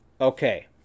Okay